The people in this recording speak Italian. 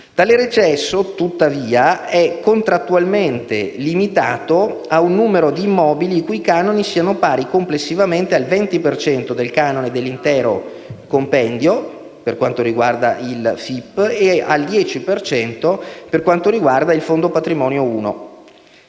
Tale recesso è tuttavia contrattualmente limitato a un numero di immobili i cui canoni siano pari complessivamente al 20 per cento del canone dell'intero compendio per quanto riguarda il FIP, e al 10 cento per quanto riguarda il Fondo Patrimonio 1.